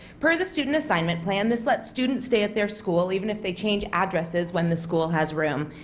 per the student assignment plan, this let students stay at their school even if they change addresses when the school has room.